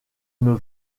une